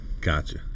gotcha